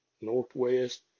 northwest